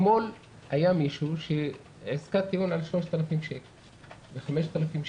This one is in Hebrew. אתמול היה מישהו שהגיע לעסקת טיעון על 3,000 שקל או 5,000 שקל.